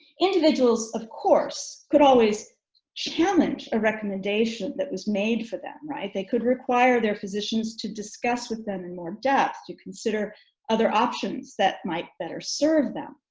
individuals of course could always challenge a recommendation that was made for them right? they could require their physicians to discuss with them in more depth to consider other options that might better serve them.